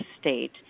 state